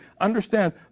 understand